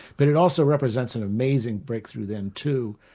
but it also represents an amazing breakthrough then too,